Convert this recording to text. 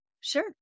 sure